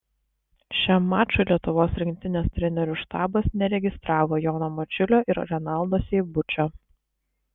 šiam mačui lietuvos rinktinės trenerių štabas neregistravo jono mačiulio ir renaldo seibučio